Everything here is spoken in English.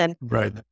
Right